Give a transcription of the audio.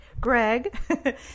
Greg